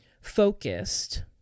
focused